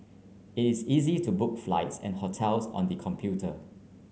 it is is easy to book flights and hotels on the computer